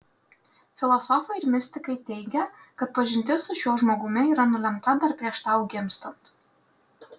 filosofai ir mistikai teigia kad pažintis su šiuo žmogumi yra nulemta dar prieš tau gimstant